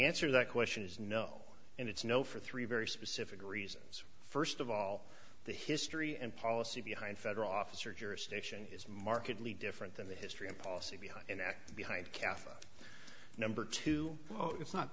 answer that question is no and it's no for three very specific reasons first of all the history and policy behind federal officer jurisdiction is markedly different than the history and policy behind that behind calf number two oh it's not